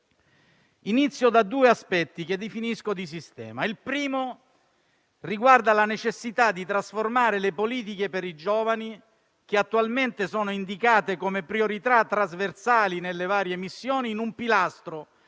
Inizio da due aspetti che definisco di sistema. Il primo riguarda la necessità di trasformare le politiche per i giovani, attualmente indicate come priorità trasversali nelle varie missioni, in un pilastro